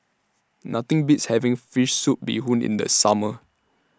Nothing Beats having Fish Soup Bee Hoon in The Summer